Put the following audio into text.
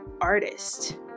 artist